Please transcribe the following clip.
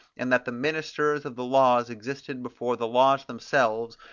and that the ministers of the laws existed before the laws themselves,